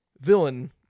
villain